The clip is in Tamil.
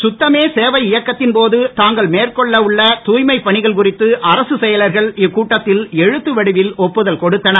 கத்தமே சேவை இயக்கத்தின் போது தாங்கள் மேற்கொள்ள உள்ள தூய்மை பணிகள் குறித்து அரசுச் செயலர்கள் இக்கூட்டத்தில் எழுத்து வடிவில் ஒப்புதல் கொடுத்தனர்